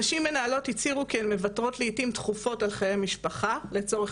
נשים מנהלות הצהירו כי הן מוותרות לעיתים תכופות על חיי משפחה לצורך